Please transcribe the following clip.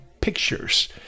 pictures